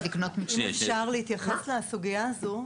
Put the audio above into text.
אם אפשר להתייחס לסוגיה הזו,